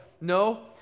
No